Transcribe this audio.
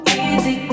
easy